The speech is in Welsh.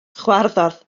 chwarddodd